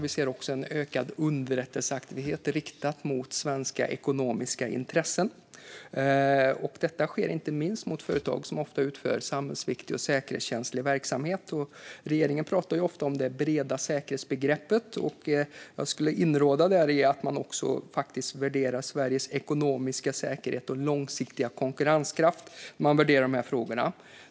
Vi ser också en ökad underrättelseaktivitet riktad mot svenska ekonomiska intressen. Detta sker inte minst mot företag som ofta utför samhällsviktig och säkerhetskänslig verksamhet. Regeringen talar ofta om det breda säkerhetsbegreppet. Jag skulle där råda till att man också värderar Sveriges ekonomiska säkerhet och långsiktiga konkurrenskraft när man värderar de här frågorna.